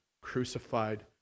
crucified